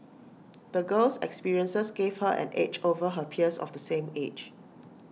the girl's experiences gave her an edge over her peers of the same age